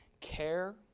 care